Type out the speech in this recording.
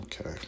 Okay